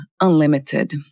unlimited